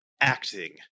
acting